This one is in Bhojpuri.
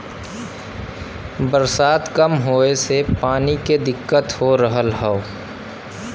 बरसात कम होए से पानी के दिक्कत हो रहल हौ